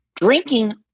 Drinking